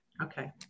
Okay